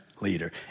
leader